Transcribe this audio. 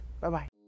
Bye-bye